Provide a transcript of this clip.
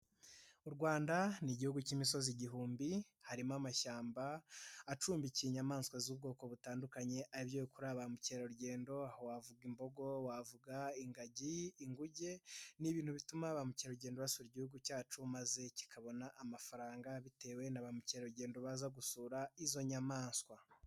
U Rwanda ni igihugu cy'imisozi igihumbi harimo amashyamba acumbikiye inyamaswa z'ubwoko butandukanye ari byo bikurura ba mukerarugendo, wavuga imbogo, wavuga ingagi, inguge, n'ibintu bituma ba mukerarugendo basura igihugu cyacu maze kikabona amafaranga bitewe na ba mukerarugendo baza gusura izo nyamaswa.